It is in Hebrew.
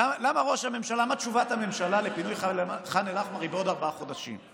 למה תשובת הממשלה לפינוי ח'אן אל-אחמר היא בעוד ארבעה חודשים?